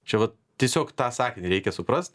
čia vat tiesiog tą sakinį reikia suprast